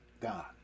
God